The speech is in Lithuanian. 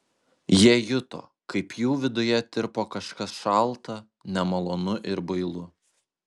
jie juto kaip jų viduje tirpo kažkas šalta nemalonu ir bailu